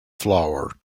flour